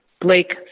Blake